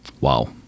wow